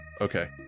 Okay